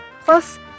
Plus